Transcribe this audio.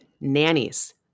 nannies